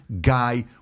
guy